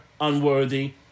unworthy